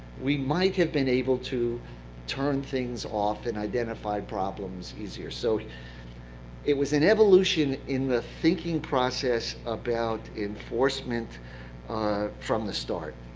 we might have been able to turn things off and identify problems easier. so it was an evolution in the thinking process about enforcement from the start.